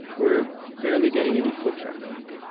were barely getting any foot traffic.